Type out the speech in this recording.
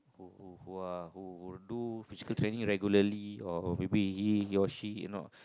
who who are who who do physical training regularly or maybe he he or she you know